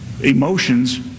emotions